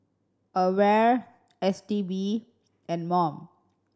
AWARE S T B and mom